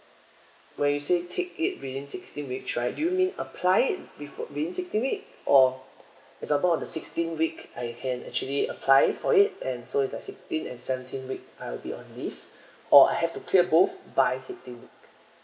when you say take it within sixteen weeks sorry do you mean apply it within sixteen week or example on the sixteenth week I can actually apply for it and so is like sixteenth and seventeenth week I'll be on leave or I have to clear both by sixteenth week